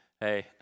Hey